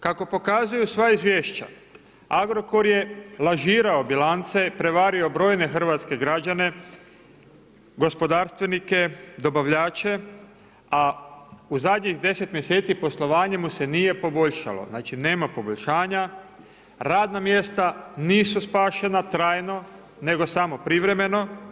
Kako pokazuju sva izvješća, Agrokor je lažirao bilance, prevario brojne hrvatske građane, gospodarstvenike, dobavljače, a u zadnjih 10 mjeseci, poslovanje mu se nije poboljšalo, znači nema poboljšanja, radna mjesta nisu spašena trajno, nego samo privremeno.